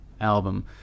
album